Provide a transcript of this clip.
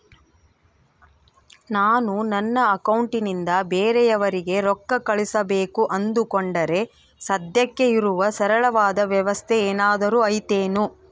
ನಾನು ನನ್ನ ಅಕೌಂಟನಿಂದ ಬೇರೆಯವರಿಗೆ ರೊಕ್ಕ ಕಳುಸಬೇಕು ಅಂದುಕೊಂಡರೆ ಸದ್ಯಕ್ಕೆ ಇರುವ ಸರಳವಾದ ವ್ಯವಸ್ಥೆ ಏನಾದರೂ ಐತೇನು?